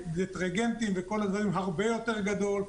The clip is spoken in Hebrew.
דטרגנטים וכל הדברים הרבה יותר גדול,